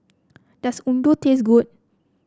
does Udon taste good